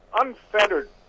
unfettered